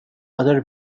other